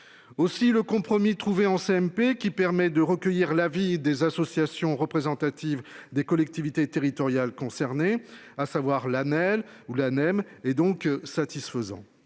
Aussi, le compromis trouvé en CMP qui permet de recueillir l'avis des associations représentatives des collectivités territoriales concernées, à savoir la neige ou la ANEM et donc satisfaisant.